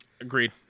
Agreed